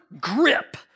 grip